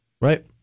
Right